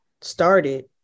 started